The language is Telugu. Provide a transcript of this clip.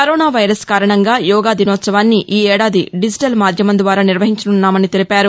కరోనా వైరస్ కారణంగా యోగా దినోత్సవాన్ని ఈ ఏడాది డిజిటల్ మాధ్యమం ద్వారా నిర్వహించనున్నామని తెలిపారు